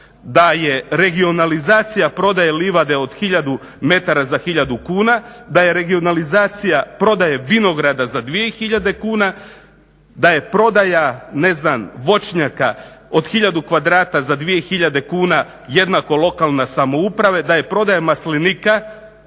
da je regionalizacija prodaje livade od tisuću metara za tisuću kuna, da je regionalizacija prodaje vinograda za dvije tisuće kuna, da je prodaja ne znam voćnjaka od tisuću kvadrata za dvije tisuće kuna jednako lokalne samouprave, da je prodaja maslinika